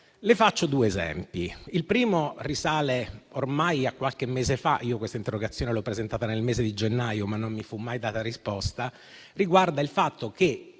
Le faccio due esempi, il primo dei quali risale ormai a qualche mese fa (io quest'interrogazione l'ho presentata nel mese di gennaio, ma non mi fu mai data risposta) e riguarda Confindustria